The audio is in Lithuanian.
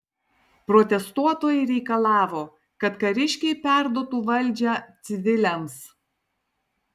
protestuotojai reikalavo kad kariškiai perduotų valdžią civiliams